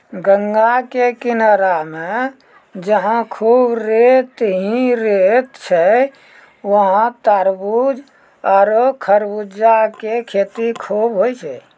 गंगा के किनारा मॅ जहां खूब रेत हीं रेत छै वहाँ तारबूज आरो खरबूजा के खेती खूब होय छै